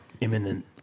Imminent